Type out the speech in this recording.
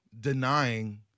denying